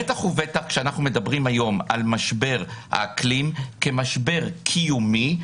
בטח ובטח כשאנחנו מדברים היום על משבר האקלים כמשבר קיומי.